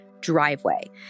driveway